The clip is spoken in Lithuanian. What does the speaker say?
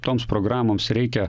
toms programoms reikia